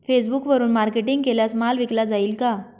फेसबुकवरुन मार्केटिंग केल्यास माल विकला जाईल का?